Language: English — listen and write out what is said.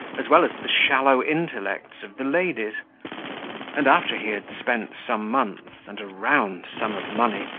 as well as the shallow intellects, of the ladies and after he had spent some months, and a round sum of money,